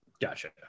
gotcha